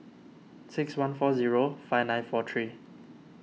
six one four zero five nine four three